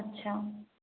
अच्छा